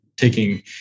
Taking